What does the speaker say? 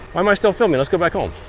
why am i still filming? let's go back home.